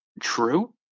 True